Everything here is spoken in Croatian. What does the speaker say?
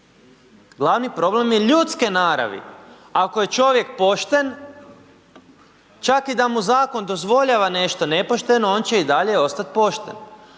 glavni problem je ljudske naravi, ako je čovjek pošten čak i da mu zakon dozvoljava nešto nepošteno on će i dalje ostat pošten,